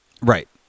Right